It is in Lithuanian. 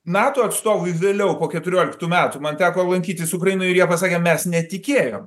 nato atstovui vėliau po keturioliktų metų man teko lankytis ukrainojeir jie pasakė mes netikėjom